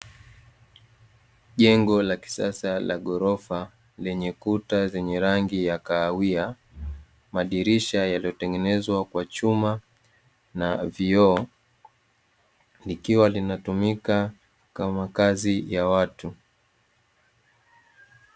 Jengo la kisasa la ghorofa lenye kuta zenye rangi ya kahawia, madirisha yaliyotengenezwa kwa chuma na vioo, likiwa linatumika kama makazi ya watu.